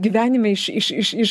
gyvenime iš iš iš iš